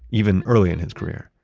even early in his career.